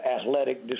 athletic